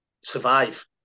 survive